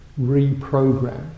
reprogram